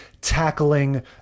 tackling